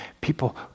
People